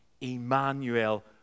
Emmanuel